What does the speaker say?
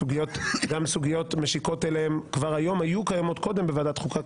גם סוגיות משיקות אליהם היו קיימות קודם בוועדת החוקה.